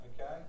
okay